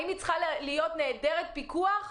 האם היא צריכה להיות נעדרת פיקוח?